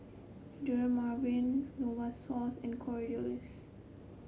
Dermaveen Novosource and Kordel's